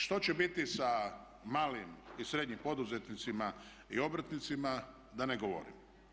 Što će biti sa malim i srednjim poduzetnicima i obrtnicima da ne govorim.